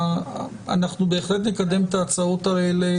אנחנו בהחלט נקדם את ההצעות האלה